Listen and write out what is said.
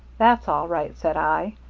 that's all right said i,